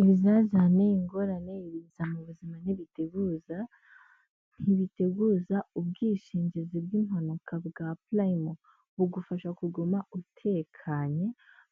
Ibizazane, ingorane, ibiza mu buzima ntibiteguza, ntibiteguza, ubwishingizi bw'impanuka bwa purayimu bugufasha kuguma utekanye,